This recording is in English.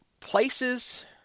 Places